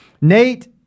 Nate